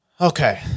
Okay